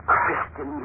Christian